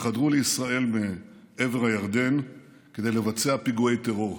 שחדרו לישראל מעבר הירדן כדי לבצע פיגועי טרור.